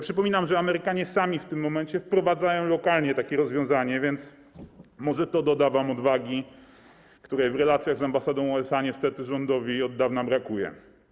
Przypominam, że Amerykanie sami w tym momencie wprowadzają lokalnie takie rozwiązanie, więc może to doda wam odwagi, której w relacjach z ambasadą USA niestety rządowi od dawna brakuje.